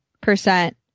percent